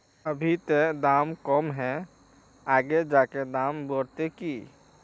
अभी ते दाम कम है आगे जाके दाम बढ़ते की?